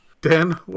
dan